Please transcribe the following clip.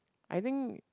I think